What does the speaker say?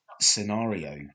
scenario